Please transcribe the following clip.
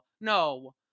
no